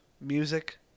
music